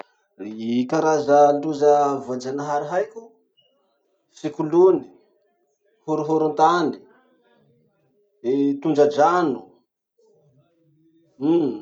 Ny karaza loza voajanahary haiko: sikolony, horohorontany, tondradrano, uhm.